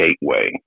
gateway